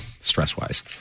stress-wise